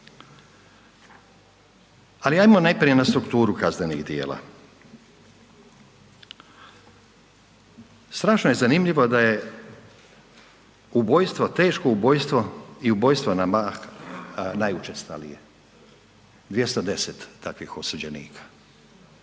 ali ajmo najprije na strukturu kaznenih djela. Strašno je zanimljivo da je ubojstvo, teško ubojstvo i ubojstvo na mah najučestalije 210 takvih osuđenika.